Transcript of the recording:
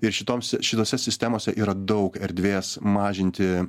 ir šitoms šitose sistemose yra daug erdvės mažinti